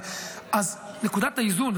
אז נקודת האיזון,